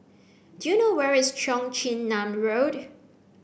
do you know where is Cheong Chin Nam Road